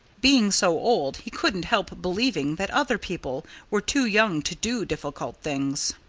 being so old, he couldn't help believing that other people were too young to do difficult things.